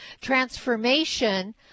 transformation